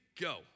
go